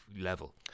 level